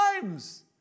times